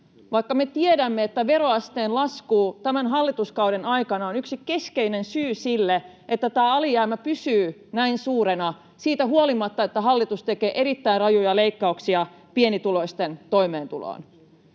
vaikka me tiedämme, että veroasteen lasku tämän hallituskauden aikana on yksi keskeinen syy sille, että alijäämä pysyy näin suurena siitä huolimatta, että hallitus tekee erittäin rajuja leikkauksia pienituloisten toimeentuloon.